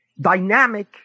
dynamic